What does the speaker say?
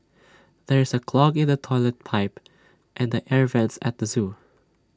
there is A clog in the Toilet Pipe and the air Vents at the Zoo